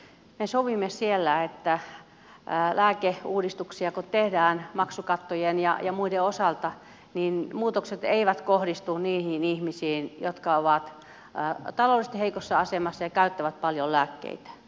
me sovimme siellä että kun lääkeuudistuksia tehdään maksukattojen ja muiden osalta niin muutokset eivät kohdistu niihin ihmisiin jotka ovat taloudellisesti heikossa asemassa ja käyttävät paljon lääkkeitä